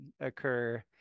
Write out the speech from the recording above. occur